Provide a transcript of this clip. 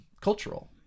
cultural